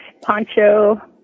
poncho